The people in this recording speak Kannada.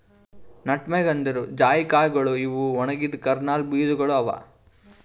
ನಟ್ಮೆಗ್ ಅಂದುರ್ ಜಾಯಿಕಾಯಿಗೊಳ್ ಇವು ಒಣಗಿದ್ ಕರ್ನಲ್ ಬೀಜಗೊಳ್ ಅವಾ